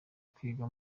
kwiga